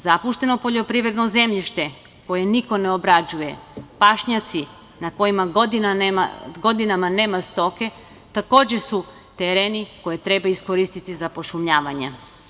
Zapušteno poljoprivredno zemljište koje niko ne obrađuje, pašnjaci na kojima godinama nema stoke takođe su tereni koje treba iskoristiti za pošumljavanje.